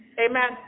amen